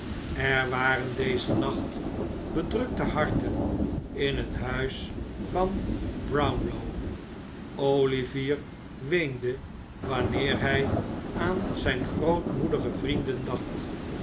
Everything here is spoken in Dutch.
er waren dezen nacht bedrukte harten in het huis van brownlow olivier weende wanneer hij aan zijn grootmoedige vrienden dacht